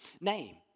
name